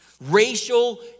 racial